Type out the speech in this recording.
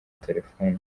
telefoni